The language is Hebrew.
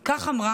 כך אמרה,